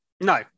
No